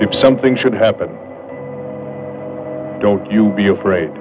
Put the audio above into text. if something should happen don't you be afraid